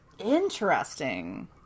Interesting